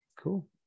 Cool